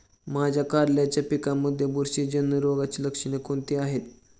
माझ्या कारल्याच्या पिकामध्ये बुरशीजन्य रोगाची लक्षणे कोणती आहेत?